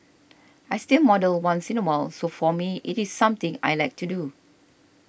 I still model once in a while so for me it is something I like to do